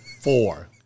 four